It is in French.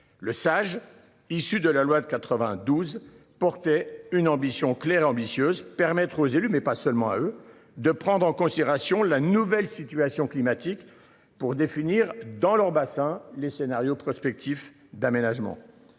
le sage issu de la loi de 92. Porter une ambition claire et ambitieuse, permettre aux élus mais pas seulement à eux de prendre en considération la nouvelle situation climatique pour définir dans leur bassin, les scénarios prospectifs d'aménagement.